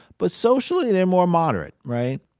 but socially, they're more moderate, right?